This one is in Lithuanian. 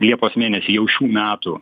liepos mėnesį jau šių metų